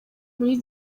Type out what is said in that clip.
muri